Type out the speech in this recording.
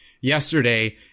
yesterday